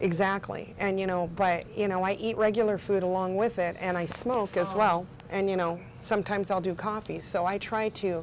exactly and you know you know i eat regular food along with it and i smoke as well and you know sometimes i'll do coffee so i try to